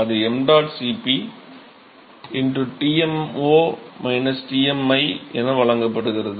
அது ṁ Cp Tmo Tmi என வழங்கப்படுகிறது